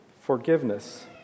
forgiveness